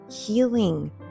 healing